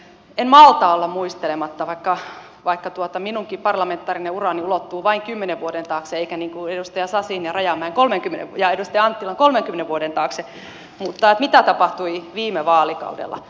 en malta olla muistelematta vaikka minunkin parlamentaarinen urani ulottuu vain kymmenen vuoden taakse eikä niin kuin edustaja sasin ja rajamäen ja edustaja anttilan kolmenkymmenen vuoden taakse sitä mitä tapahtui viime vaalikaudella